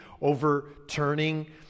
overturning